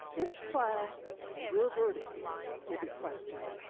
this trial and your verdict will be questioned.